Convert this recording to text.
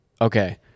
Okay